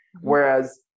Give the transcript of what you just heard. whereas